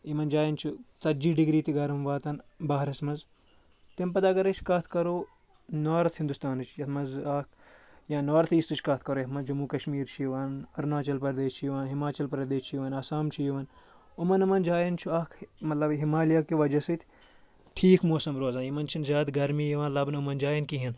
یِمن جاین چھُ ژتجی ڈِگری تہِ گرم واتَن بہرَس منٛز تمہِ پَتہٕ اگر أسۍ کَتھ کَرو نارتھ ہِندوستانٕچ یَتھ منٛز اَکھ یا نارتھ ایٖسٹٕچ کَتھ کَرو یَتھ منٛز جموں کشمیٖر چھُ یِوان اوٚرناچل پردیش چھُ یِوان ہِماچَل پردیش چھُ یِوان آسام چھُ یِوان یِمَن یِمَن جایَن چھُ اکھ مطلب ہِمالیا کہِ وجہ سۭتۍ ٹھیٖک موسم روزان یِمَن چھِنہٕ زیادٕ گرمی یِوان لَبنہٕ یِمَن جایَن کِہیٖنۍ